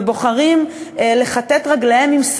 ובוחרים לכתת רגליהם,